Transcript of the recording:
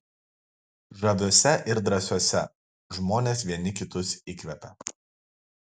žaviuose ir drąsiuose žmonės vieni kitus įkvepia